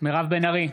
מירב בן ארי,